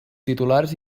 titulars